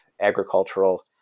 agricultural